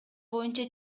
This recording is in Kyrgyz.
боюнча